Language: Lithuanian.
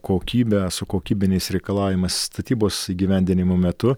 kokybe su kokybiniais reikalavimais statybos įgyvendinimo metu